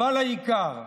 אבל העיקר,